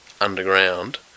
underground